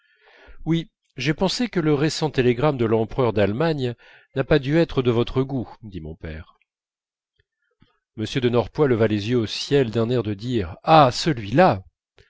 oui j'ai pensé que le récent télégramme de l'empereur d'allemagne n'a pas dû être de votre goût dit mon père m de norpois leva les yeux au ciel d'un air de dire ah celui-là